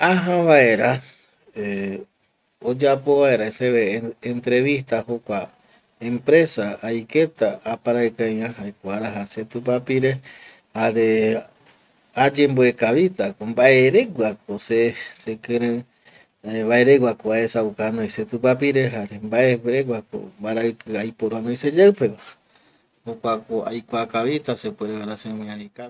Aja vaera eh oyapo vaera seve entrevista jokua empresa aiketa aparaiki ai va jaeko araja se tupapire jare ayemboe kavita ko mbae regua ko se sekirei, jare mbae regua ko se aesauka ai se tupapire jare mbae regua ko mbaraiki aiporu ai seyeipeva, jokua ko aikua kavita sepeuere vaera semiari kavi